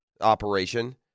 operation